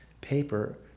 paper